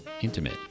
intimate